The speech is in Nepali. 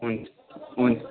हुन्छ हुन्छ